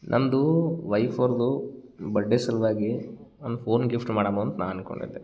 ನನ್ನದು ವೈಫ್ ಅವ್ರದ್ದು ಬಡ್ಡೆ ಸಲುವಾಗಿ ಒಂದು ಫೋನ್ ಗಿಫ್ಟ್ ಮಾಡಮೊ ಅಂತ ನಾ ಅಂದ್ಕೊಂಡಿದ್ದೆ